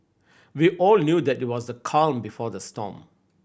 we all knew that it was the calm before the storm